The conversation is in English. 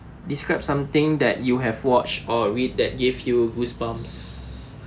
describe something that you have watched or read that gave you goosebumps